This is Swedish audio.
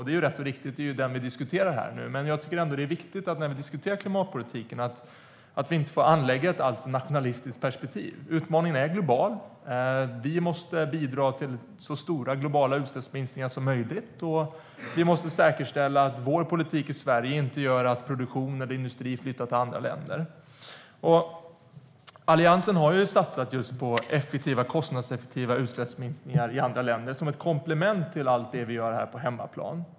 Det är rätt och riktigt, för det är den vi nu diskuterar, men det är samtidigt viktigt när vi diskuterar klimatpolitiken att inte anlägga ett alltför nationalistiskt perspektiv. Utmaningen är global. Vi måste bidra till så stora globala utsläppsminskningar som möjligt och säkerställa att vår politik i Sverige inte innebär att produktionen eller industrierna flyttar till andra länder. Alliansen har satsat på kostnadseffektiva utsläppsminskningar i andra länder som ett komplement till allt det som vi gör på hemmaplan.